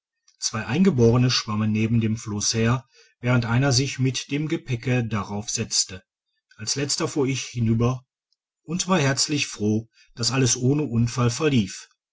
zwei eingeborene schwammen neben dem flosse her während einer sich mit dem gepäcke darauf setzte als letzter fuhr ich hinüber und war herzlich froh dass alles ohne unfall verlief